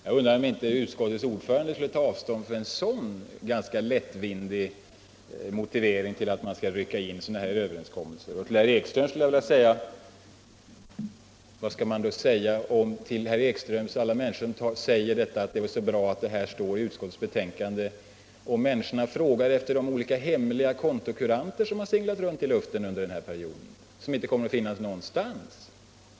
Jag undrar om inte utskottets ordförande borde ta avstånd från en sådan ganska lättvindig motivering för att rycka in överenskommelser av det här slaget i utskottsbetänkandet. Och vad skall man då, herr Ekström, säga om människorna frågar efter de många hemliga kontokuranter som seglat runt i luften under den här perioden och som inte kommer att finnas redovisade någonstans?